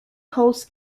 hosts